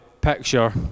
picture